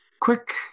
quick